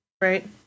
right